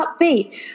upbeat